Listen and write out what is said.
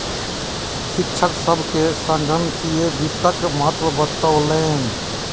शिक्षक सभ के संगणकीय वित्तक महत्त्व बतौलैन